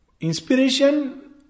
Inspiration